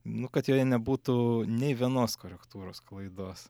nu kad joje nebūtų nei vienos korektūros klaidos